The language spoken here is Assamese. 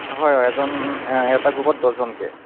হয় হয় এজন এটা গ্ৰুপত দহজনকৈ